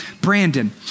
Brandon